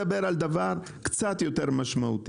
הוא מדבר על דבר קצת יותר משמעותי.